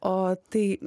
o tai